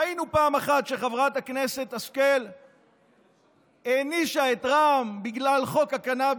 ראינו פעם אחת שחברת הכנסת השכל הענישה את רע"מ בגלל חוק הקנביס,